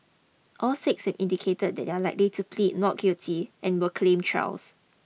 all six indicated that they are likely to plead not guilty and will claim trials